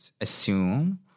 assume